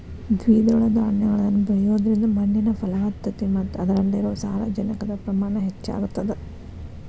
ದ್ವಿದಳ ಧಾನ್ಯಗಳನ್ನ ಬೆಳಿಯೋದ್ರಿಂದ ಮಣ್ಣಿನ ಫಲವತ್ತತೆ ಮತ್ತ ಅದ್ರಲ್ಲಿರೋ ಸಾರಜನಕದ ಪ್ರಮಾಣ ಹೆಚ್ಚಾಗತದ